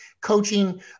coaching